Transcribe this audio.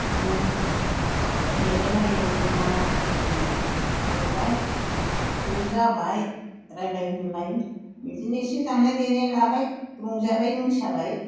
बिदिनो नेलायलायो ज'मानो नेबाय ज' जाबाय रायज्लाय होनलाय बिदिनो इसे दामनाय देनाय लाबाय रंजाबाय मोसाबाय